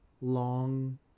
long